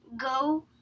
go